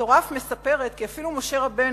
התורה אף מספרת כי אפילו משה רבנו